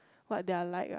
what their like ah